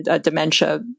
dementia